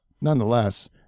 nonetheless